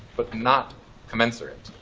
but not commensurate.